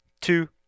Two